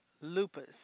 lupus